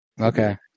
Okay